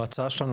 בהצעה שלנו,